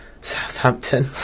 Southampton